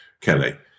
Kelly